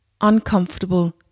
uncomfortable